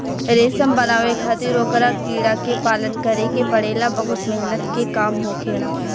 रेशम बनावे खातिर ओकरा कीड़ा के पालन करे के पड़ेला बहुत मेहनत के काम होखेला